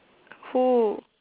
who